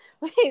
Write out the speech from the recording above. wait